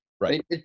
Right